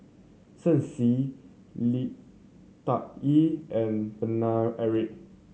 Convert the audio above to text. Shen Xi Li Tuck Yew and Paine Eric